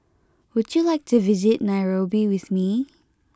would you like to visit Nairobi with me